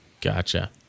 Gotcha